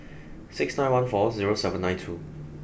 six nine one four zero seven nine two